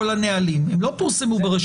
אם רצית לראות את כל הנהלים הם לא פורסמו ברשומות.